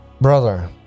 brother